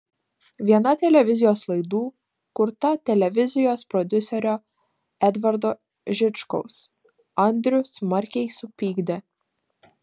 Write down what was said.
viena televizijos laidų kurta televizijos prodiuserio edvardo žičkaus andrių smarkiai supykdė